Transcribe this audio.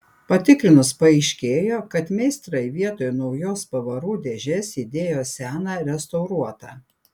patikrinus paaiškėjo kad meistrai vietoj naujos pavarų dėžės įdėjo seną restauruotą